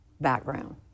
background